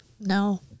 No